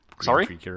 sorry